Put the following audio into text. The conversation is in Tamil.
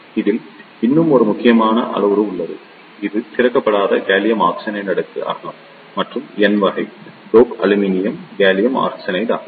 இதில் இன்னும் ஒரு முக்கியமான அளவுரு உள்ளது இது திறக்கப்படாத காலியம் ஆர்சனைடு அடுக்கு அகலம் மற்றும் n வகை டோப் அலுமினியம் காலியம் ஆர்சனைடு அகலம்